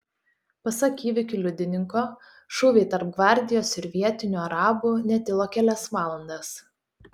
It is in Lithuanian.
pasak įvykių liudininko šūviai tarp gvardijos ir vietinių arabų netilo kelias valandas